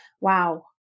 Wow